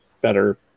better